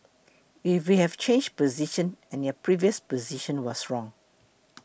if we have changed position and your previous position was wrong